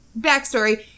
backstory